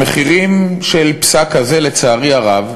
המחירים של פסק כזה, לצערי הרב,